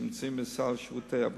רצוני לשאול: 1. לפי נתוני משרד הבריאות,